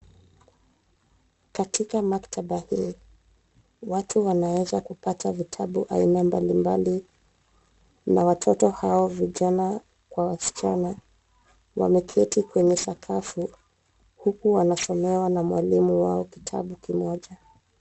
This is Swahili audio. Katika maktaba hii watu wanaeza kupata vitabu aina mbalimbali na watoto hawa vijana na wasichana wameketi kwenye sakafu huku wanasomewa na mwalimu wao kitabu kimoja.